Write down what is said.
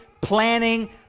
planning